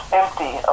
empty